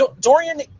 Dorian